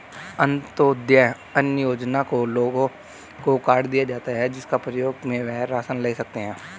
अंत्योदय अन्न योजना में लोगों को कार्ड दिए जाता है, जिसके प्रयोग से वह राशन ले सकते है